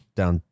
down